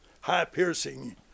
high-piercing